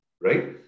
right